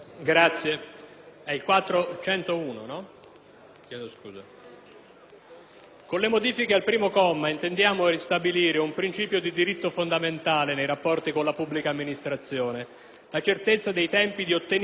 con l'emendamento 4.101 intendiamo ristabilire un principio di diritto fondamentale nei rapporti con la pubblica amministrazione, vale a dire la certezza dei tempi di ottenimento del decreto di cui all'articolo 7 della legge n. 91 del 1992 e delle conseguenze che ne derivino.